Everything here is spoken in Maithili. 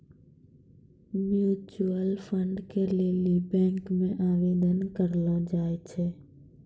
म्यूचुअल फंड के लेली बैंक मे आवेदन करलो जाय छै